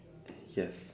yes